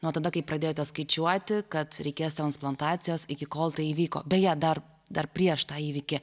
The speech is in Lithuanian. nuo tada kai pradėjote skaičiuoti kad reikės transplantacijos iki kol tai įvyko beje dar dar prieš tą įvykį